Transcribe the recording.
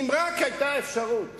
אם רק היתה אפשרות